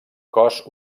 cos